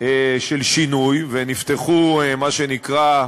של שינוי, ונפתחו, מה שנקרא,